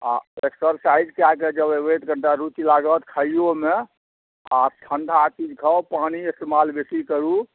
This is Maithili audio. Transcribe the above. आ एक्सरसाइज कए कऽ जब आयबै तऽ कनिटा रुचि लागत खाइयोमे आ ठण्डा चीज खाउ पानि इस्तेमाल बेसी करू